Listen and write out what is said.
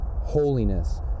holiness